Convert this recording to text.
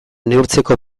neurtzeko